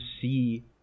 see